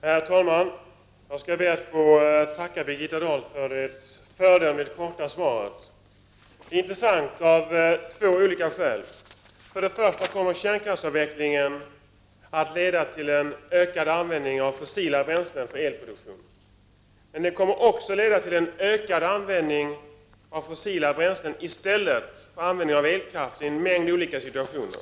Herr talman! Jag skall be att få tacka Birgitta Dahl för det föredömligt korta svaret. Svaret är av två olika skäl intressant. För det första kommer kärnkraftsavvecklingen att leda till en ökad användning av fossila bränslen för elproduktion. För det andra kommer avvecklingen att leda till en ökad användning av fossila bränslen i stället för användning av elkraft i en mängd olika situationer.